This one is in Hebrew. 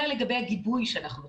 זה לגבי הגיבוי שאנחנו נותנים.